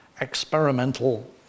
experimental